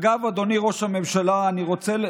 אגב, אדוני ראש הממשלה, אני רוצה,